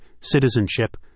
citizenship